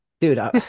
Dude